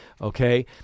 okay